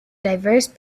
diverse